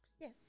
Yes